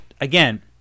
again –